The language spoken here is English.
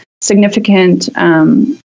significant